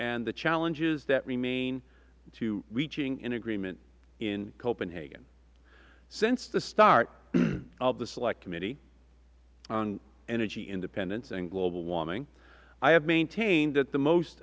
and the challenges that remain to reaching an agreement in copenhagen since the start of the select committee on energy independence and global warming i have maintained that the most